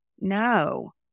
No